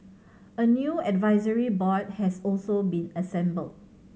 a new advisory board has also been assembled